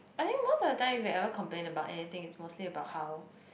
I think most of the time if you ever complain about anything is mostly about how